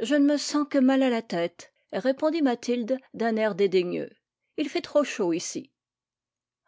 je ne me sens que mal à la tête répondit mathilde d'un air dédaigneux il fait trop chaud ici